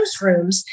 newsrooms